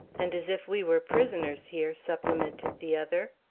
and as if we were prisoners here, supplemented the other.